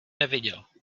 neviděl